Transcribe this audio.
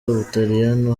ubutaliyano